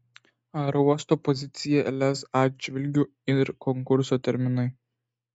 aerouosto pozicija lez atžvilgiu ir konkurso terminai